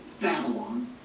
Babylon